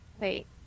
Wait